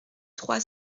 trois